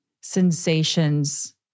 Sensations